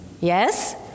Yes